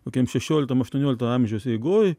kokiam šešioliktam aštuoniolikto amžiaus eigoj